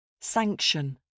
Sanction